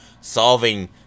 solving